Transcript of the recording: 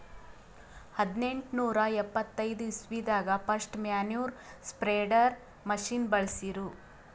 ಹದ್ನೆಂಟನೂರಾ ಎಪ್ಪತೈದ್ ಇಸ್ವಿದಾಗ್ ಫಸ್ಟ್ ಮ್ಯಾನ್ಯೂರ್ ಸ್ಪ್ರೆಡರ್ ಮಷಿನ್ ಬಳ್ಸಿರು